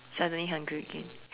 suddenly hungry again